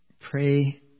pray